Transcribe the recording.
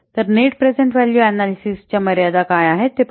तर net present value analysis च्या मर्यादा काय आहेत ते पाहू